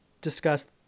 discussed